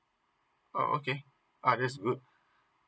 oh okay uh that's good